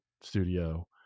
studio